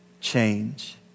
change